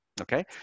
Okay